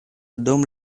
dum